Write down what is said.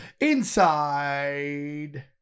inside